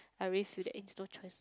I really feel that it's no choice